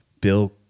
Bill